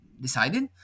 decided